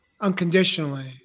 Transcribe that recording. unconditionally